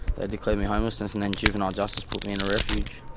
ah declared me homelessness and then juvenile justice put me in a refuge.